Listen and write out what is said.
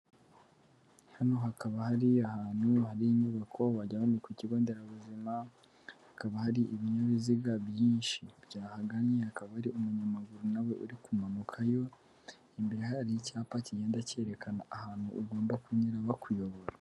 Hano hakaba hari ahantu hari inyubako wagira ngo ni ku kigo nderabuzima, hakaba hari ibinyabiziga byinshi byahanganye, akaba ari umunyamaguru na we uri kumanuka yo, imbere hari icyapa kigenda cyerekana ahantu ugomba kunyura bakuyobora.